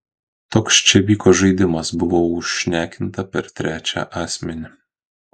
toks čia vyko žaidimas buvau užšnekinta per trečią asmenį